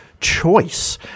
choice